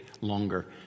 longer